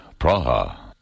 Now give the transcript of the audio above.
Praha